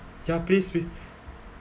ya please p~